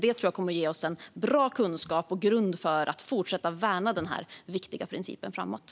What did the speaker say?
Det tror jag kommer att ge oss bra kunskap och en bra grund för att fortsätta värna denna viktiga princip framöver.